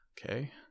Okay